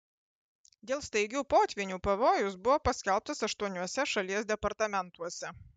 dėl staigių potvynių pavojus buvo paskelbtas aštuoniuose šalies departamentuose